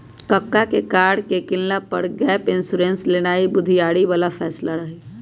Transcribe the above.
कक्का के कार के किनला पर गैप इंश्योरेंस लेनाइ बुधियारी बला फैसला रहइ